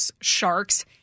sharks